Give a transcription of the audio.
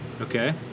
Okay